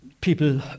People